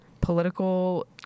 political